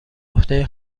عهده